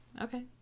Okay